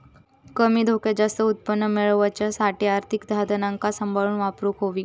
कमी धोक्यात जास्त उत्पन्न मेळवच्यासाठी आर्थिक साधनांका सांभाळून वापरूक होई